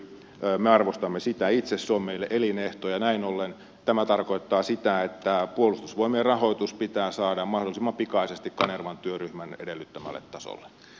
me arvostamme sitä itse se on meille elinehto ja näin ollen tämä tarkoittaa sitä että puolustusvoimien rahoitus pitää saada mahdollisimman pikaisesti kanervan työryhmän edellyttämälle tasolle